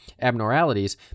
abnormalities